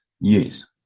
Yes